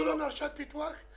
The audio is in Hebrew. יוציאו לנו הרשאת פיתוח.